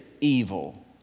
evil